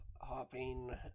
hopping